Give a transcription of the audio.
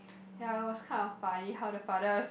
ya it was kind of funny how the father